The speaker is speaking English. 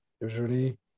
usually